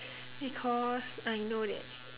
because I know that